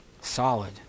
solid